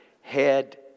head